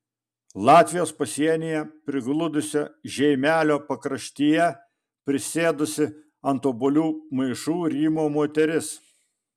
latvijos pasienyje prigludusio žeimelio pakraštyje prisėdusi ant obuolių maišų rymo moteris